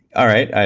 all right,